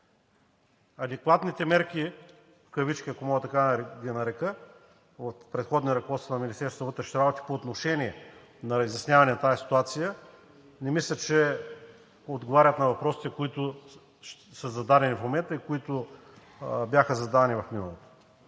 Адекватните мерки в кавички, ако мога така да ги нарека, от предходни ръководства на Министерството на вътрешните работи по отношение на изясняване на тази ситуация не мисля, че отговарят на въпросите, които са зададени в момента и които бяха задавани в миналото.